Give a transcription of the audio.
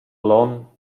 l’on